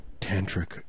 Tantric